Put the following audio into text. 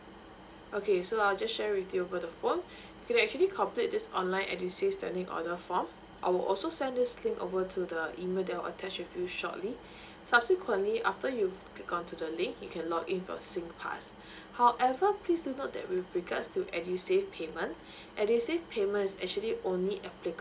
okay so I'll just share with you over the phone you can actually complete this online edusave standing order form I will also send this thing over to the email that will attached with you shortly subsequently after you go to the link you can log in with your singpass however please do note that with regards to edusave payment edusave payment is actually only applicable